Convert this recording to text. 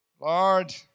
Lord